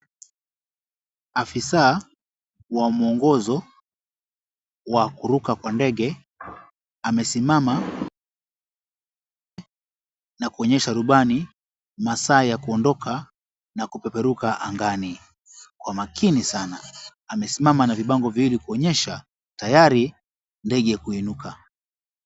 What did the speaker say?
Afisa wa muongozo wa kuruka kwa ndege amesimama na kuonyesha rubani masaa ya kuondoka na kupeperuka angani. Kwa makini sana. Amesimama na vibango viwili kuonyesha tayari ndege kuinuka.